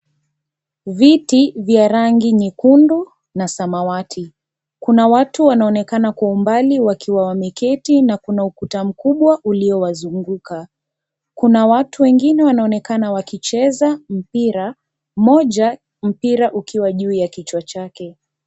Viti vya rangi nyekundu na samawati ,kuna watu wanaonekana Kwa umbali wakiwa wameketi na kuna ukuta mkubwa uliowazunguka. Kuna watu wengine wanaonekana wakicheza mpira ,mmoja mpira ukiwa juu ya kichwa chake.